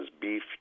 beef